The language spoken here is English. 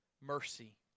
mercy